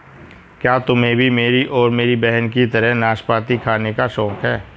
क्या तुम्हे भी मेरी और मेरी बहन की तरह नाशपाती खाने का शौक है?